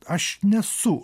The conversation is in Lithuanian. aš nesu